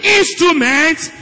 instruments